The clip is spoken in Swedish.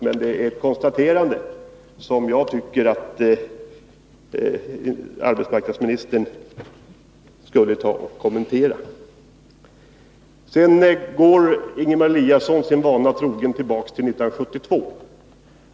Men det är ett konstaterande som jag tycker att arbetsmarknadsministern skulle kommentera. Ingemar Eliasson går sin vana trogen tillbaka till 1972.